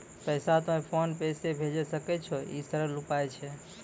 पैसा तोय PhonePe से भैजै सकै छौ? ई सरल उपाय छै?